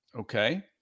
Okay